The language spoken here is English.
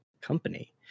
company